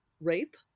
rape